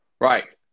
Right